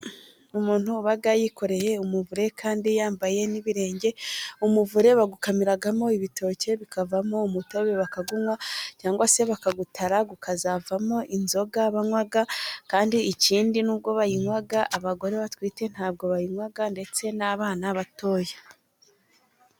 Umuntu uba yikoreye umuvure kandi yambaye n'ibirenge. Umuvure bawukamiramo ibitoke bikavamo umutobe bakawunywa, cyangwa se bakawutara ukazavamo inzoga banywa, kandi ikindi nubwo bayinywa abagore batwite ntabwo banyinywa ndetse n'abana batoya.